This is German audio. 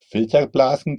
filterblasen